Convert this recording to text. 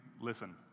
listen